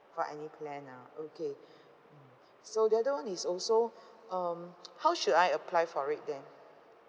for any plan ah okay so the other one is also um how should I apply for it then